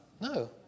No